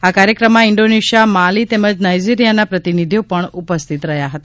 આ કાર્યક્રમમાં Indonesia Mali તેમજ નાઇજીરીયાના પ્રતિનિધિઓ પણ ઉપસ્થિત રહ્યા હતા